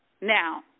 now